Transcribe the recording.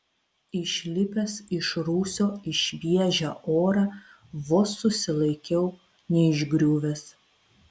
išlipęs iš rūsio į šviežią orą vos susilaikiau neišgriuvęs